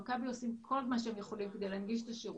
במכבי עושים כל מה שהם יכולים כדי להנגיש את השירות,